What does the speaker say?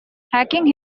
hacking